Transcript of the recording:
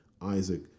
Isaac